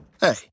Hey